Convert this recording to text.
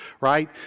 right